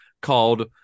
called